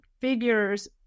figures